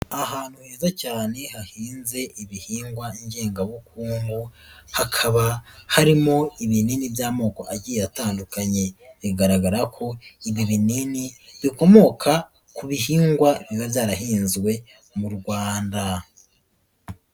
Ahantu heza cyane hahinze ibihingwa ngengabukungu, hakaba harimo ibinini by'amoko agiye atandukanye, bigaragara ko ibi binini bikomoka ku bihingwa biba byarahinzwe mu Rwanda.